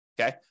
Okay